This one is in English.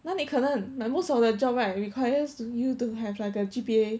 那里可能 like most of the job right requires you to have like a G_P_A